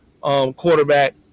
quarterback